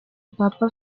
papa